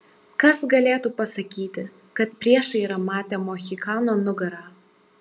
kas galėtų pasakyti kad priešai yra matę mohikano nugarą